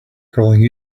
calling